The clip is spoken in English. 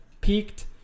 peaked